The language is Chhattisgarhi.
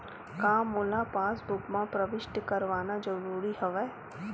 का मोला पासबुक म प्रविष्ट करवाना ज़रूरी हवय?